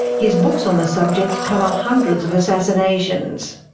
his books on the subject cover hundreds of assassinations.